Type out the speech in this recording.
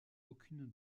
aucune